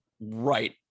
right